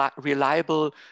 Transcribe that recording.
reliable